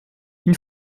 une